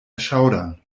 erschaudern